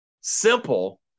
Simple